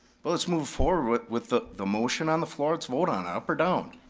but let's move forward with the the motion on the floor, let's vote on it, up or down.